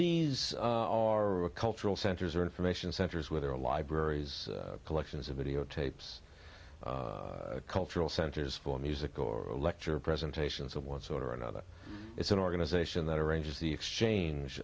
these are a cultural centers or information centers where there are libraries collections of videotapes cultural centers for music or lecture presentations of one sort or another it's an organization that arranges the exchange